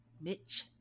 Mitch